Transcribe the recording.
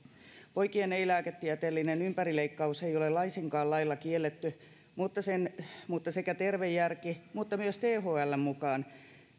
poikien ei lääketieteellinen ympärileikkaus ei ole laisinkaan lailla kielletty mutta sekä terveen järjen että myös thln mukaan